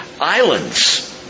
islands